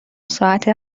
ساعت